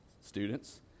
students